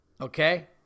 okay